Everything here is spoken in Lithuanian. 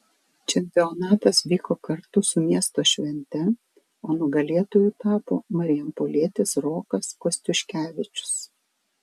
čempionatas vyko kartu su miesto švente o nugalėtoju tapo marijampolietis rokas kostiuškevičius